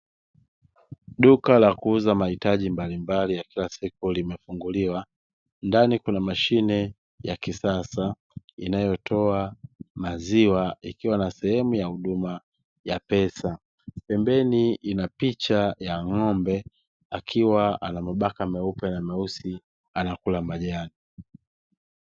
Duka la kuuza mahitaji mbalimbali ya kila siku limefunguliwa, ndani kuna mashine ya kisasa inayotoa maziwa ikiwa na sehemu ya huduma ya pesa. Pembeni ina picha ya ng'ombe akiwa ana mabaka meupe na meusi anakula majani.